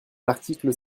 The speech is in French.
l’article